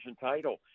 title